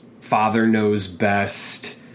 father-knows-best